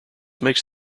makes